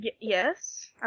Yes